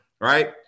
Right